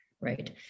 Right